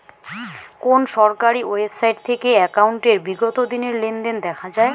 কোন সরকারি ওয়েবসাইট থেকে একাউন্টের বিগত দিনের লেনদেন দেখা যায়?